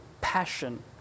passion